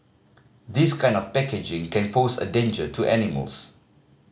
this kind of packaging can pose a danger to animals